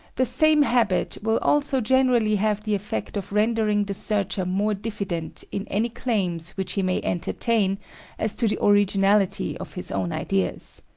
the same habit will also generally have the effect of rendering the searcher more diffident in any claims which he may entertain as to the originality of his own ideas.